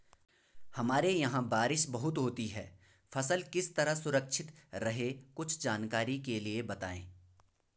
हमारे यहाँ बारिश बहुत होती है फसल किस तरह सुरक्षित रहे कुछ जानकारी के लिए बताएँ?